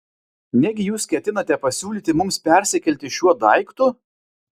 negi jūs ketinate pasiūlyti mums persikelti šiuo daiktu